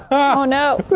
oh no.